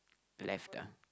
left ah